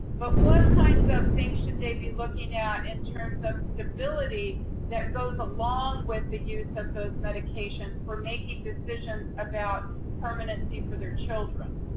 but what kinds of things should they be looking at in terms of stability that goes along with the use of those medications for making decisions about permanency for their children?